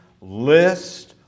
list